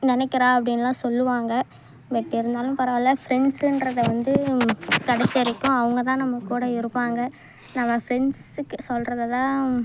நினைக்கிறா அப்படின்லாம் சொல்லுவாங்க பட் இருந்தாலும் பரவாயில்லை ஃப்ரெண்ட்ஸ்ஸுன்றது வந்து கடைசி வரைக்கும் அவங்க தான் நம்ம கூட இருப்பாங்க நம்ம ஃப்ரெண்ட்ஸ்ஸுக்கு சொல்கிறத தான்